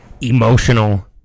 emotional